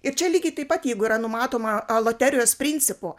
ir čia lygiai taip pat jeigu yra numatoma loterijos principu